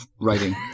writing